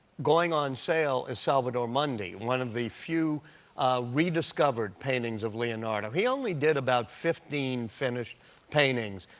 going on sale is salvador mundi, one of the few rediscovered paintings of leonardo. he only did about fifteen finished paintings,